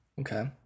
Okay